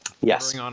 Yes